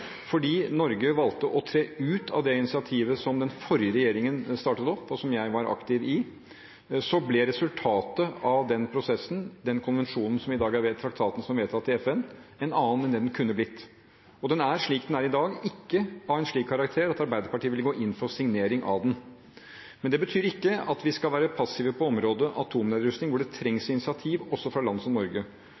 Fordi Norge valgte å tre ut av det initiativet som den forrige regjeringen startet opp, og som jeg var aktiv i, ble resultatet av den prosessen, den traktaten som er vedtatt i FN, en annen enn den kunne blitt. Den er, slik den er i dag, ikke av en slik karakter at Arbeiderpartiet vil gå inn for signering av den. Men det betyr ikke at vi skal være passive på området atomnedrustning, hvor det trengs initiativ, også fra land som Norge.